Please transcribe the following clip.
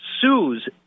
sues